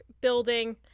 building